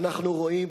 אנחנו רואים